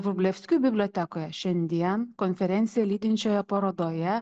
vrublevskių bibliotekoje šiandien konferenciją lydinčioje parodoje